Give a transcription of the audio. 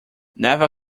never